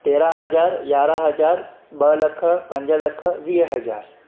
तेरहं हज़ार यारहं हज़ार ॿ लख पंज लख वीह हज़ार